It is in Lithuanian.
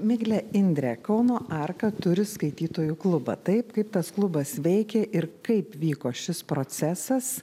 migle indre kauno arka turi skaitytojų klubą taip kaip tas klubas veikia ir kaip vyko šis procesas